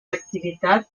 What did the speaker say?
activitat